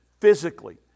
physically